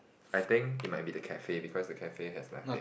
I think it might be the cafe because the cafe has nothing